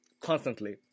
constantly